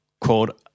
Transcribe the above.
quote